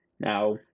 Now